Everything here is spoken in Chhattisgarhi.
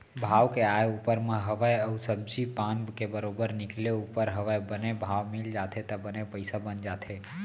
भाव के आय ऊपर म हवय अउ सब्जी पान के बरोबर निकले ऊपर हवय बने भाव मिल जाथे त बने पइसा बन जाथे